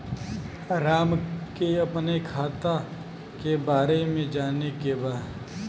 राम के अपने खाता के बारे मे जाने के बा?